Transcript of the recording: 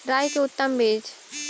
राई के उतम बिज?